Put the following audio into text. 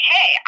Hey